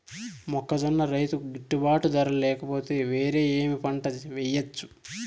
మొక్కజొన్న రైతుకు గిట్టుబాటు ధర లేక పోతే, వేరే ఏమి పంట వెయ్యొచ్చు?